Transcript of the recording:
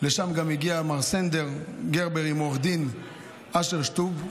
לשם גם הגיע מר סנדר גרבר עם עו"ד אשר שטוב,